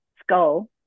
skull